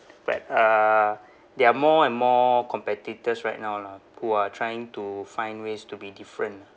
but uh there are more and more competitors right now lah who are trying to find ways to be different ah